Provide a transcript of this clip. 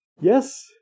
Yes